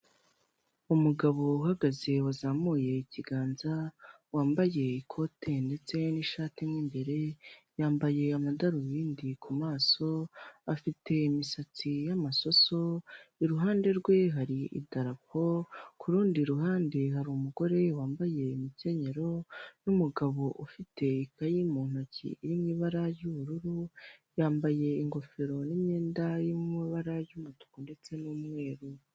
Umugabo uhagaze wazamuye ikiganza wambaye ikote ndetse n'ishati mo imbere, yambaye amadarubindi ku maso afite imisatsi y'amasoso, iruhande rwe hari idarapo, k'urundi ruhande hari umugore wambaye imikenyero n'umugabo ufite ikayi mu ntoki iri mu ibara ry'ubururu, yambaye ingofero n'imyenda yo mubara ry'umutuku ndetse n'umweru.